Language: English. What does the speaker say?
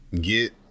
get